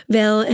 wel